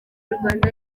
rwanda